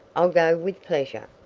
i'll go with pleasure.